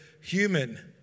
human